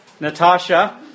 Natasha